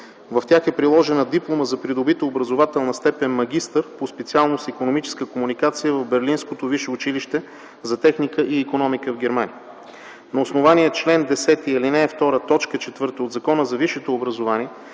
В тях е приложена диплома за придобита образователна степен „магистър” по специалност „Икономическа комуникация” в берлинското Висше училище за техника и икономика в Германия. На основание чл. 10, ал. 2, т. 4 от Закона за висшето образование